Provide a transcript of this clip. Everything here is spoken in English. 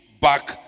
back